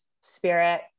spirit